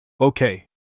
Okay